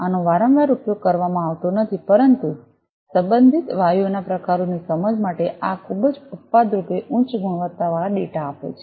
આનો વારંવાર ઉપયોગ કરવામાં આવતો નથી પરંતુ સંબંધિત વાયુઓના પ્રકારોની સમજ પ્રમાણે આ ખૂબ જ અપવાદરૂપે ઉચ્ચ ગુણવત્તાવાળા ડેટા આપે છે